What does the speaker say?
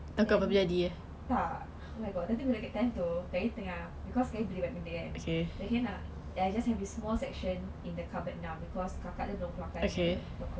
then tak oh my god tapi that time itu saya tengah because saya beli banyak benda kan then I just have this small section in the cupboard now because kakak dia belum keluarkan her clothes